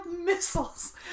missiles